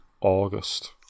August